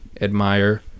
admire